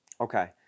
okay